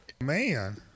Man